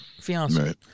fiance